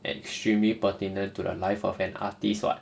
extremely pertinent to the life of an artist [what]